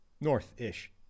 North-ish